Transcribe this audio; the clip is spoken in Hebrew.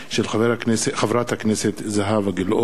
הצעתה של חברת הכנסת זהבה גלאון.